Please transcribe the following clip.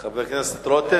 חבר הכנסת רותם,